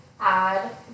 add